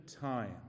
time